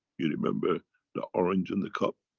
you remember the orange and the cup.